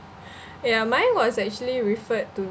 ya mine was actually referred to